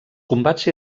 combats